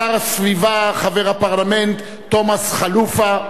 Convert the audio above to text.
שר הסביבה חבר הפרלמנט תומס חלופה,